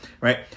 right